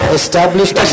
established